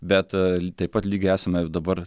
bet taip pat lyg esame dabar